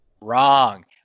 Wrong